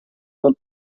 dal